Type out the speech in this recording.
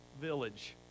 village